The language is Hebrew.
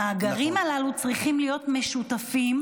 המאגרים הללו צריכים להיות משותפים,